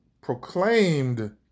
proclaimed